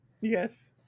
Yes